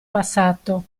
passato